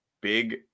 big